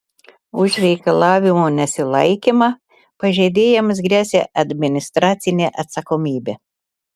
už reikalavimų nesilaikymą pažeidėjams gresia administracinė atsakomybė